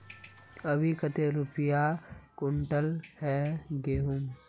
अभी कते रुपया कुंटल है गहुम?